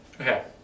Okay